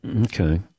Okay